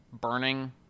burning